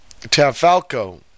Tafalco